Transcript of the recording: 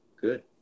good